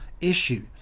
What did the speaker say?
issue